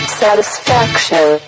satisfaction